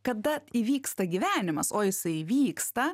kada įvyksta gyvenimas o jisai vyksta